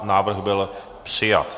Návrh byl přijat.